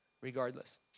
regardless